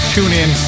TuneIn